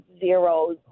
zeros